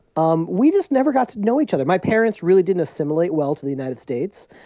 um we just never got to know each other. my parents really didn't assimilate well to the united states,